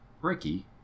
Ricky